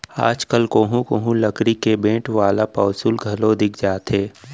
आज कल कोहूँ कोहूँ लकरी के बेंट वाला पौंसुल घलौ दिख जाथे